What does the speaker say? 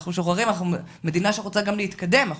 אנחנו מדינה שרוצה גם להתקדם.